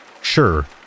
Sure